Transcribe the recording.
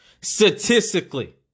statistically